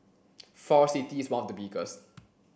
Forest City is one of the biggest